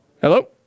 Hello